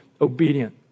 obedient